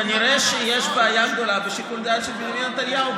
כנראה שיש בעיה גדולה בשיקול הדעת של בנימין נתניהו.